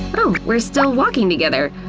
oh, we're still walking together,